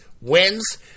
wins